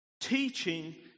teaching